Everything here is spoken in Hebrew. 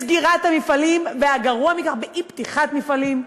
סגירת המפעלים, והגרוע מכך, אי-פתיחת מפעלים,